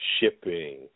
shipping